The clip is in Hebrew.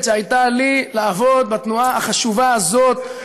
למקומות שבהם המדינה בלמה תוכניות מתאר ביישובים דרוזיים